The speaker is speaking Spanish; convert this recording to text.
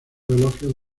elogios